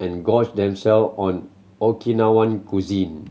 and gorged themself on Okinawan cuisine